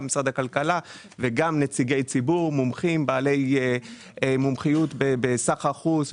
גם משרד הכלכלה וגם נציגי ציבור שהם מומחים בסחר חוץ,